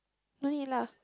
no need lah